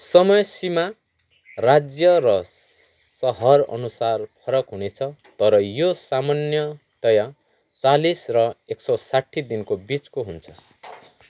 समयसीमा राज्य र सहरअनुसार फरक हुनेछ तर यो सामान्यतया चालिस र एक सौ साठी दिनको बिचको हुन्छ